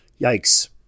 yikes